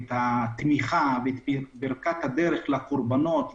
את התמיכה ואת ברכת הדרך לקורבנות,